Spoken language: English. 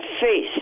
face